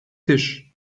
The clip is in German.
tisch